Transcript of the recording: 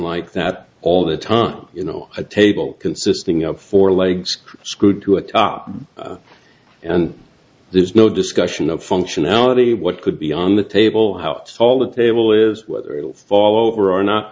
like that all the time you know a table consisting of four legs screwed to a top and there's no discussion of functionality what could be on the table how it's all the table is whether it will fall over or not